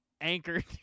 anchored